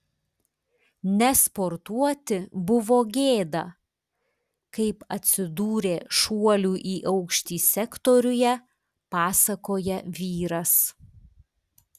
nesportuoti buvo gėda kaip atsidūrė šuolių į aukštį sektoriuje pasakoja vyras